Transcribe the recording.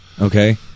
Okay